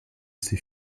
ses